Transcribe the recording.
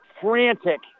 frantic